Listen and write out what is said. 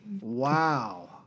Wow